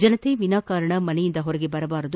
ಜನತೆ ವಿನಾಕಾರಣ ಮನೆಯಿಂದ ಹೊರಗೆ ಬರಬಾರದು